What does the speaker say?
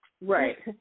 Right